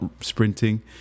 sprinting